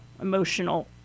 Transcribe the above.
emotional